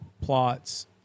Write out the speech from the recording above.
plots